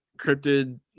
cryptid